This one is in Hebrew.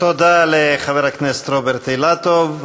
תודה לחבר הכנסת רוברט אילטוב.